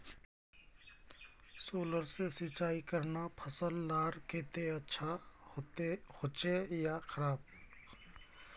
Solar से सिंचाई करना फसल लार केते अच्छा होचे या खराब?